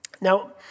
Now